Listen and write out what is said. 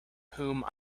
whom